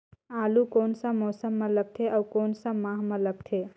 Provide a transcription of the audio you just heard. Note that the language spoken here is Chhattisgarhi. आलू कोन सा मौसम मां लगथे अउ कोन सा माह मां लगथे?